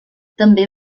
també